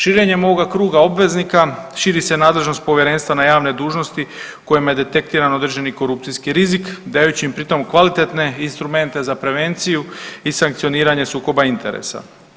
Širenjem ovoga kruga obveznika širi se nadležnost Povjerenstva na javne dužnosti kojima je detektirano državni korupcijski rizik, dajući im pritom kvalitetne instrumente za prevenciju i sankcioniranje sukoba interesa.